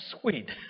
sweet